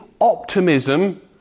optimism